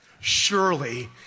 surely